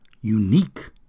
unique